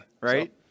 Right